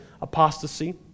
apostasy